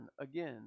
again